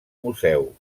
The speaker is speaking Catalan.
museu